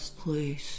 please